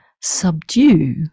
subdue